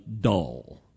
Dull